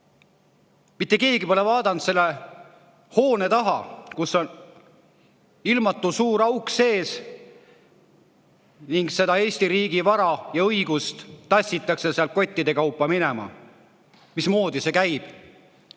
Mitte keegi pole vaadanud hoone taha, kus on ilmatu suur auk ning mille kaudu Eesti riigi vara ja õigust tassitakse kottide kaupa minema. Mismoodi see käib?